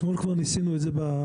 אתמול ניסינו את זה בדיונים.